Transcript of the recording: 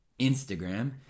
Instagram